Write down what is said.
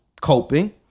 coping